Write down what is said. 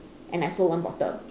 and I sold one bottle